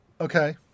Okay